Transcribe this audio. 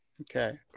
Okay